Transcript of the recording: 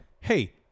hey